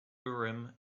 urim